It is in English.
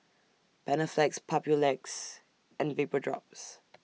Panaflex Papulex and Vapodrops